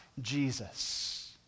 Jesus